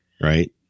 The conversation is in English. right